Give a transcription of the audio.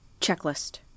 Checklist